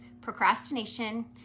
procrastination